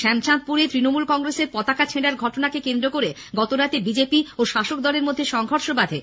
শ্যামচাঁদপুরে তৃণমূল কংগ্রেসের পতাকা ছেঁড়ার ঘটনাকে কেন্দ্র করে গতরাতে বিজেপি ও শাসক দলের মধ্যে সংঘর্ষ বাধে